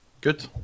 Good